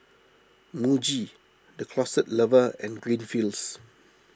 Muji the Closet Lover and green fields